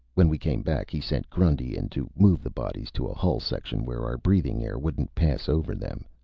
when we came back, he sent grundy in to move the bodies to a hull-section where our breathing air wouldn't pass over them.